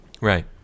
right